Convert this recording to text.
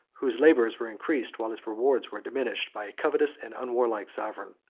whose labors were increased while its rewards were diminished by a covetous and unwarlike sovereign.